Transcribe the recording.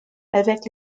avec